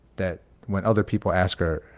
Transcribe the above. that when other people ask her,